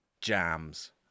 jams